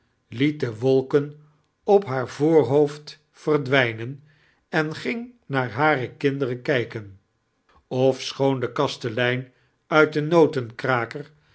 lie de wolken op haar voorhoofd verdwijnen en ging naar ha r n mnderen kijken ofschoon d kastelein uit de notenkraker